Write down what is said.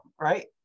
right